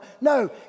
No